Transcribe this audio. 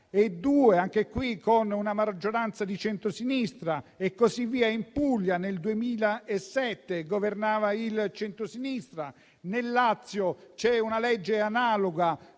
(anche qui con una maggioranza di centrosinistra), e così via. In Puglia, nel 2007, governava il centrosinistra; nel Lazio c'è una legge analoga